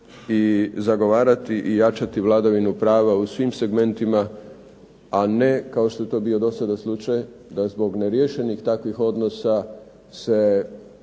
i zagovarati i jačati vladavinu prava u svim segmentima a ne kao što je to bio do sada slučaj da zbog neriješenih takvih odnosa se